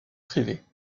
privée